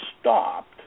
stopped